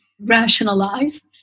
rationalized